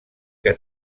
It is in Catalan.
que